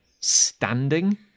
standing